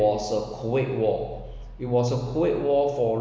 was a kuwait war it was a kuwait war